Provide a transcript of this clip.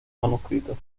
manuscritos